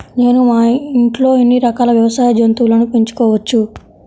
నేను మా ఇంట్లో ఎన్ని రకాల వ్యవసాయ జంతువులను పెంచుకోవచ్చు?